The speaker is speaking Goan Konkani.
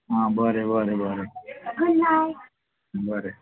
आ बरें बरें बरें बरें